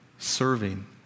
Serving